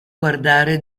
guardare